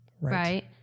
right